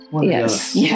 Yes